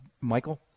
Michael